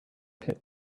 pit